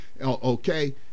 okay